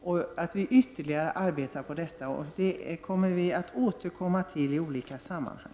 Vi måste ytterligare arbeta med detta, och det skall vi återkomma till i olika sammanhang.